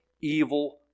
evil